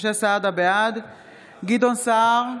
בעד גדעון סער,